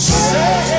say